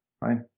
right